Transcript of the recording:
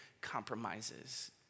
compromises